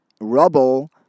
rubble